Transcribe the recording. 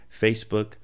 Facebook